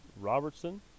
Robertson